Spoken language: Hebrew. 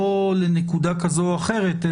לא לנקודה כזאת או אחרת,